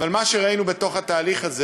אבל מה שראינו בתוך התהליך הזה